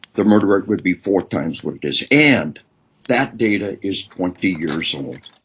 the murder rate would be four times what it is, and that data is twenty years old.